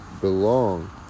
belong